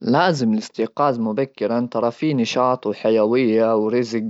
لازم الاستيقاظ مبكرا ترى في نشاط وحيويه ورزق